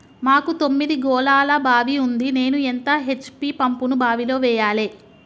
మాకు తొమ్మిది గోళాల బావి ఉంది నేను ఎంత హెచ్.పి పంపును బావిలో వెయ్యాలే?